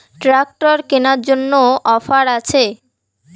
Tractor কেনার জন্য offer আছে?